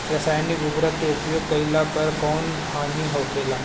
रसायनिक उर्वरक के उपयोग कइला पर कउन हानि होखेला?